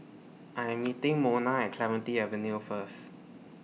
I'm meeting Mona At Clementi Avenue First